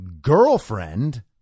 girlfriend